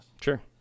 Sure